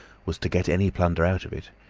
was to get any plunder out of it.